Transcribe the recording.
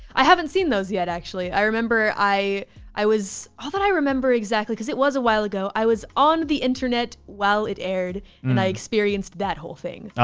i haven't seen those yet, actually. i remember i i was. all that i remember exactly cause it was a while ago i was on the internet while it aired and and i experienced that whole thing